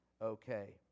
Okay